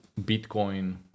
Bitcoin